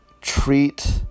treat